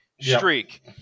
streak